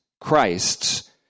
Christ's